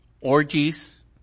orgies